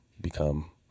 become